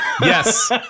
yes